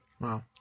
Wow